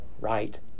right